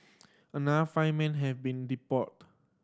another five men have been deported